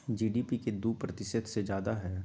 GDP के दु प्रतिशत से जादा हई